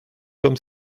comme